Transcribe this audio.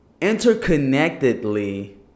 interconnectedly